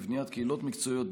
בבניית קהילות מקצועיות,